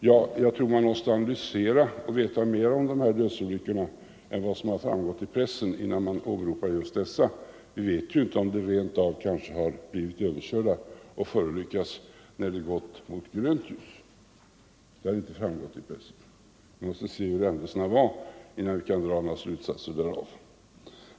Jag tror att man måste analysera och få veta mera om dessa dödsolyckor än vad som framgått i pressen innan man åberopar dem. Vi vet ju inte om dessa personer rent av blivit överkörda när de gått mot grönt ljus — det har inte framgått i pressen. Vi måste bättre känna till händelserna innan vi kan dra några slutsatser.